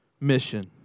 mission